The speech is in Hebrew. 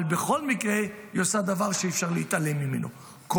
אבל בכל מקרה היא עושה דבר שאי-אפשר להתעלם ממנו: היא